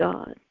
God